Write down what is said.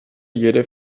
jede